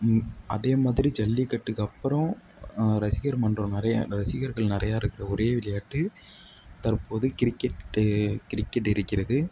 அதே மாதிரி ஜல்லிக்கட்டுக்கு அப்புறம் ரசிகர் மன்றம் மாதிரி ரசிகர்கள் நிறையா இருக்கிற ஒரே விளையாட்டு தற்போது கிரிக்கெட்டு கிரிக்கெட் இருக்கிறது